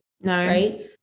right